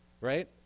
right